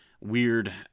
weird